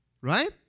right